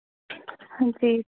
हां जी